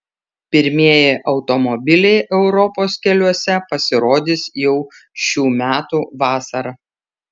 pirmieji automobiliai europos keliuose pasirodys jau šių metų vasarą